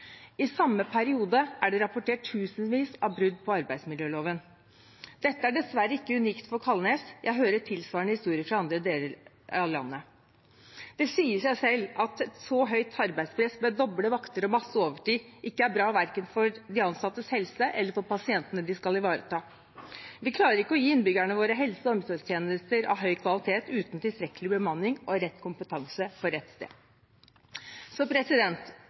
I samme periode er det rapportert tusenvis av brudd på arbeidsmiljøloven. Dette er dessverre ikke unikt for Kalnes. Jeg hører tilsvarende historier fra andre deler av landet. Det sier seg selv at et så høyt arbeidspress, med doble vakter og masse overtid, ikke er bra verken for de ansattes helse eller for pasientene de skal ivareta. Vi klarer ikke å gi innbyggerne våre helse- og omsorgstjenester av høy kvalitet uten tilstrekkelig bemanning og rett kompetanse på rett sted.